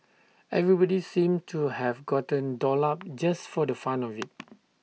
everybody seemed to have gotten dolled up just for the fun of IT